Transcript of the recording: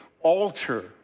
alter